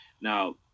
Now